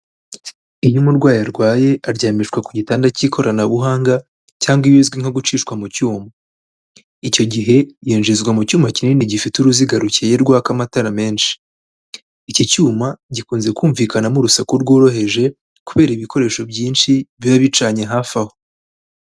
Iyo umurwayi arwaye aryamishwa ku gitanda cy'ikoranabuhanga cyangwa ibizwi nko gucishwa mu cyuma. Icyo gihe yinjizwa mu cyuyuma kinini gifite uruziga rukeye rwaka amatara menshi. Iki cyuma gikunze kumvikanamo urusaku rworoheje, kubera ibikoresho byinshi biba bicanye hafi aho.